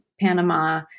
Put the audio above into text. Panama